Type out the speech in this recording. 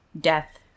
death